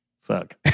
Fuck